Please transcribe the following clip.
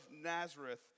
Nazareth